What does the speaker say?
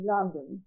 London